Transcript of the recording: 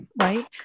right